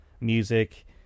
music